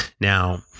Now